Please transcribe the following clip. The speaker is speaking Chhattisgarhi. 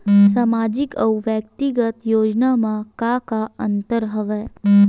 सामाजिक अउ व्यक्तिगत योजना म का का अंतर हवय?